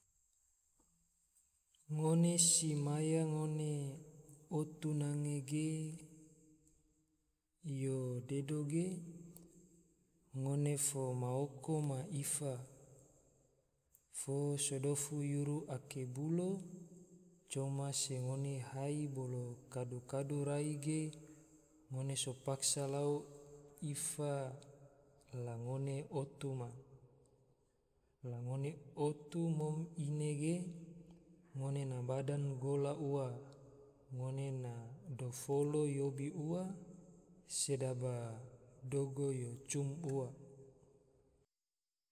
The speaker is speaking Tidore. Ngone si maya ngone otu nange ge yo dedo ge, ngone fo ma oko ma ifa, fo so dofu yuru ake bulo, coma se ngone hai bolo kadu-kadu rai ge ngone so paksa lau ifa, la ngone otu ma. la ngone otu mom ine ge ngone na bada gola ua, ngone dofolo yobi ua, sedaba dogo yo cum ua